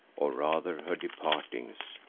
or rather her departings,